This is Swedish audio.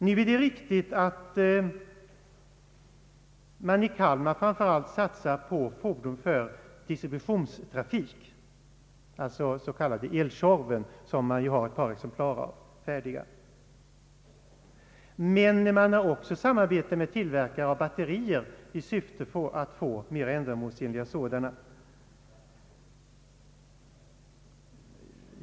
Det är riktigt att man i Kalmar framför allt satsar på fordon för distributionstrafik, d.v.s. den s.k. El-Tjorven, av vilken man har ett par exemplar färdiga. Men man har också samarbete med tillverkare av batterier i syfte att få fram mer ändamålsenliga sådana.